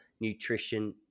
nutrition